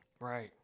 Right